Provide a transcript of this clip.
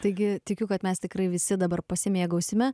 taigi tikiu kad mes tikrai visi dabar pasimėgausime